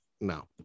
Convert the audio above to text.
no